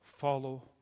Follow